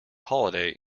holiday